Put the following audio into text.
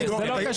זה לא קשור.